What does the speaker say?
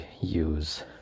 use